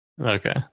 Okay